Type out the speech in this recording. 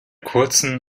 kurzen